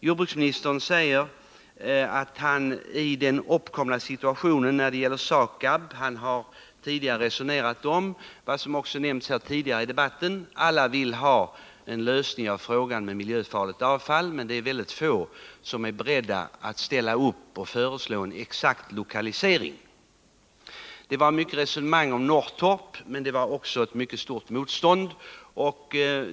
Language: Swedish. Jordbruksministern säger först apropå den uppkomna situationen när det gäller SAKAB att — vilket också har nämnts här i debatten — alla vill ha en lösning av frågan om omhändertagande av miljöfarligt avfall men att det är mycket få som är beredda att stå upp och föreslå en exakt lokalisering. Resonemang fördes länge om att lokalisera anläggningen till Norrtorp, men motståndet mot detta var mycket stort.